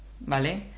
¿vale